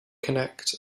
connect